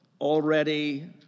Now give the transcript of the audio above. already